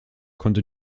konnte